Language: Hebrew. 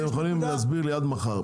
אתם יכולים להסביר לי עד מחר,